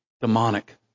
demonic